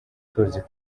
tuzi